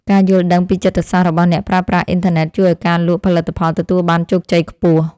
ការយល់ដឹងពីចិត្តសាស្ត្ររបស់អ្នកប្រើប្រាស់អ៊ិនធឺណិតជួយឱ្យការលក់ផលិតផលទទួលបានជោគជ័យខ្ពស់។